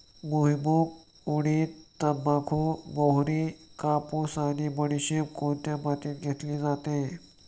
भुईमूग, उडीद, तंबाखू, मोहरी, कापूस आणि बडीशेप कोणत्या मातीत घेतली जाते?